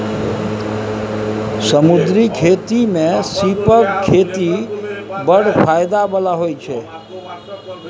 समुद्री खेती मे सीपक खेती बड़ फाएदा बला होइ छै